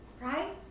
right